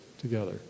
together